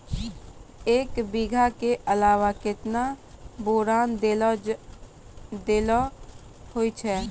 एक बीघा के अलावा केतना बोरान देलो हो जाए?